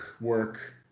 work